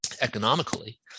economically